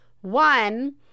one